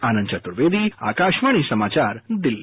आनंद चतुर्वेदी आकाशवाणी समाचार दिल्ली